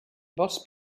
vols